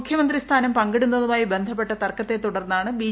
മുഖ്യമന്ത്രി സ്ഥാനം പങ്കിടുന്നതുമായി ബന്ധപ്പെട്ട തകർക്കത്തെ ക്യൂട്ടർന്നാണ് ബി